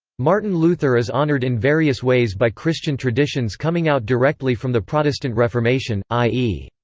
martin luther is honored in various ways by christian traditions coming out directly from the protestant reformation, i e.